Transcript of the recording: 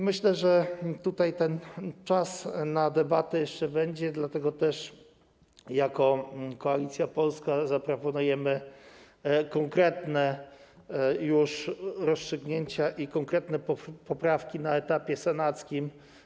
Myślę, że ten czas na debatę jeszcze tutaj będzie, dlatego jako Koalicja Polska zaproponujemy już konkretne rozstrzygnięcia i konkretne poprawki na etapie senackim.